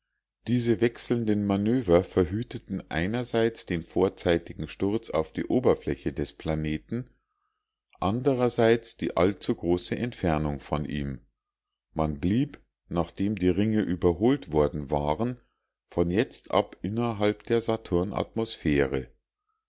diese wechselnden manöver verhüteten einerseits den vorzeitigen sturz auf die oberfläche des planeten andrerseits die allzugroße entfernung von ihm man blieb nachdem die ringe überholt worden waren von jetzt ab innerhalb der